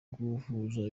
guhuza